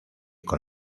con